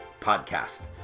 podcast